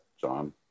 John